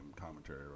commentary